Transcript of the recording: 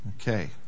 Okay